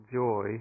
joy